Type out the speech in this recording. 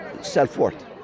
self-worth